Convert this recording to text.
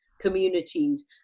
communities